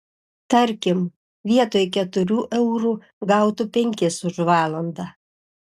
tarkim vietoj keturių eurų gautų penkis už valandą